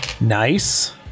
Nice